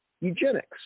eugenics